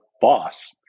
boss